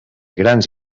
grans